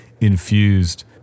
infused